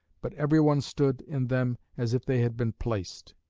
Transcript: but every one stood in them as if they had been placed.